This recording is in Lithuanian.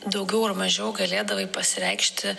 daugiau ar mažiau galėdavai pasireikšti